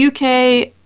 UK